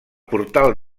portal